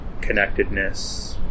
connectedness